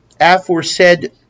aforesaid